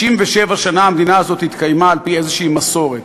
67 שנה המדינה זאת התקיימה על-פי איזו מסורת.